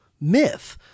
myth